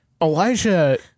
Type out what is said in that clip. Elijah